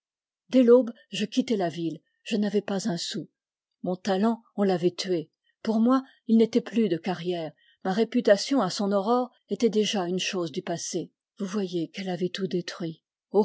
dès l'aube je quittai la ville je n'avais pas un sou mon talent on l'avait tué pour moi il n'était plus de carrière ma réputation à son aurore était déjà une chose du passé vous voyez qu'elle avait tout détruit